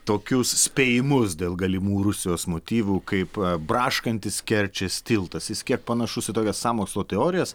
tokius spėjimus dėl galimų rusijos motyvų kaip braškantis kerčės tiltas jis kiek panašus į tokias sąmokslo teorijas